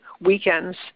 weekends